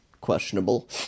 questionable